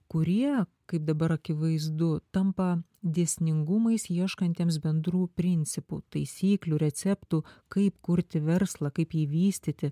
kurie kaip dabar akivaizdu tampa dėsningumais ieškantiems bendrų principų taisyklių receptų kaip kurti verslą kaip jį vystyti